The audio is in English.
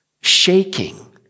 shaking